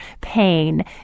pain